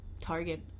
Target